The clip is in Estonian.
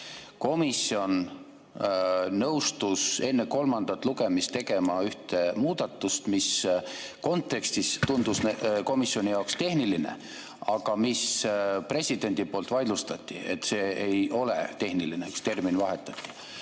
Komisjon nõustus enne kolmandat lugemist tegema ühe muudatuse, mis kontekstis tundus komisjoni jaoks tehniline, aga mille president vaidlustas, sest see ei ole tehniline. Üks termin vahetati.